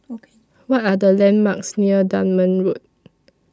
What Are The landmarks near Dunman Road